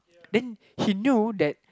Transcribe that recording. then he knew that